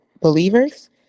believers